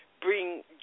bring